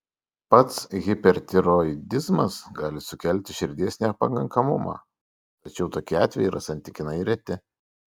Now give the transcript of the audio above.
pats hipertiroidizmas gali sukelti širdies nepakankamumą tačiau tokie atvejai yra santykinai reti